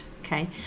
Okay